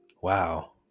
Wow